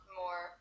more